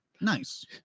Nice